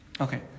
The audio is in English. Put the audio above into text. Okay